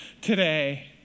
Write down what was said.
today